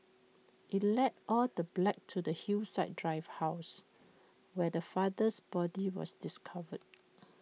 IT led all the black to the Hillside drive house where the father's body was discovered